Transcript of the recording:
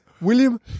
William